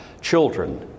children